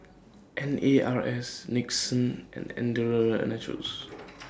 N A R S Nixon and Andalou Naturals